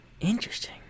Interesting